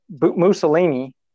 Mussolini